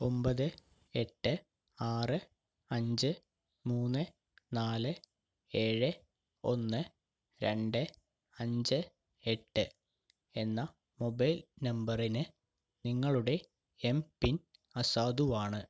ഒൻപത് എട്ട് ആറ് അഞ്ച് മൂന്ന് നാല് ഏഴ് ഒന്ന് രണ്ട് അഞ്ച് എട്ട് എന്ന മൊബൈൽ നമ്പറിന് നിങ്ങളുടെ എം പിൻ അസാധുവാണ്